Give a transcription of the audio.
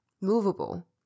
movable